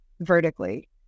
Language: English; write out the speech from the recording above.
vertically